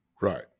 Right